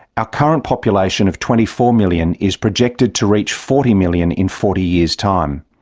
our current population of twenty-four million is projected to reach forty million in forty years' time.